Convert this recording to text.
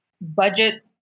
budgets